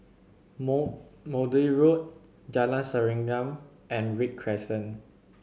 More Maude Road Jalan Serengam and Read Crescent